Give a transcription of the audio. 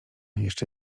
jeszcze